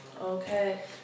Okay